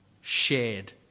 shared